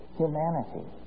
humanity